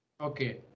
Okay